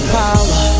power